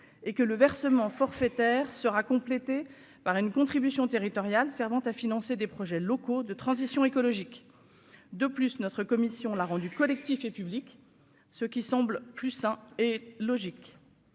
et que le versement forfaitaire sera complété par une contribution territoriale Servent à financer des projets locaux de transition écologique de plus notre commission là rendu collectifs et publics, ce qui semble plus sain et logique,